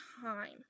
time